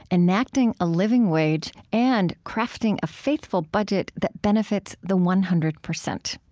enacting a living wage, and crafting a faithful budget that benefits the one hundred percent.